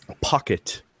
pocket